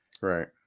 Right